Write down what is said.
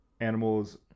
animals